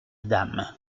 dame